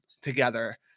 together